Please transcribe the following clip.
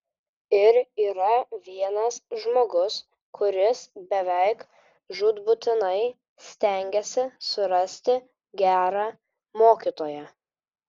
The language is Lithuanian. ir yra vienas žmogus kuris beveik žūtbūtinai stengiasi surasti gerą mokytoją